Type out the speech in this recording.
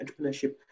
entrepreneurship